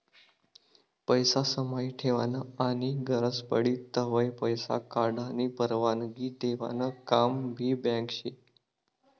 पैसा समाई ठेवानं आनी गरज पडी तव्हय पैसा काढानी परवानगी देवानं काम भी बँक शे